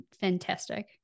fantastic